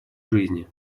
жизни